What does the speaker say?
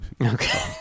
Okay